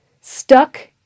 stuck